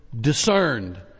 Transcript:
discerned